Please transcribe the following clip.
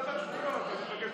כשאתה מדבר שטויות אני מבקש לקצר.